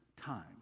time